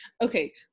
Okay